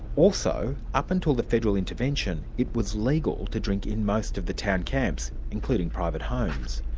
also, up until the federal intervention, it was legal to drink in most of the town camps, including private homes.